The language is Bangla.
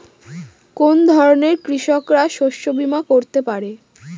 কোন ধরনের কৃষকরা শস্য বীমা করতে পারে?